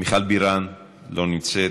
מיכל בירן, לא נמצאת.